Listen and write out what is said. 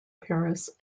paris